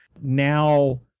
now